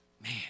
man